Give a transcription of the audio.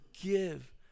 give